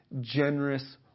generous